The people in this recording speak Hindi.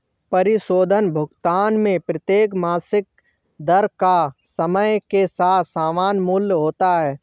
परिशोधन भुगतान में प्रत्येक मासिक दर का समय के साथ समान मूल्य होता है